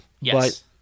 Yes